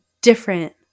different